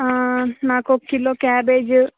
నాకు ఒక kilo cabbage